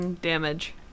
damage